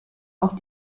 auch